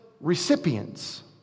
recipients